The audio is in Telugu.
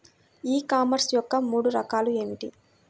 ఈ కామర్స్ యొక్క మూడు రకాలు ఏమిటి?